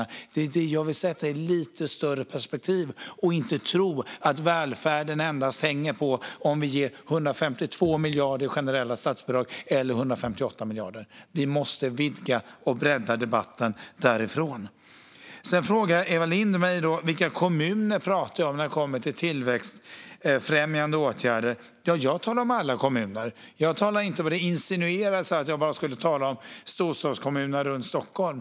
Jag vill att vi sätter detta i ett lite större perspektiv så att vi inte tror att välfärden hänger på om man ger 152 miljarder i generella statsbidrag eller 158 miljarder. Vi måste vidga och bredda debatten därifrån. Eva Lindh frågade mig vilka kommuner jag pratar om när det gäller tillväxtfrämjande åtgärder. Jag talar om alla kommuner. Det insinueras här att jag bara talar om storstadskommuner runt Stockholm.